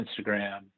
Instagram